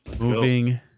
Moving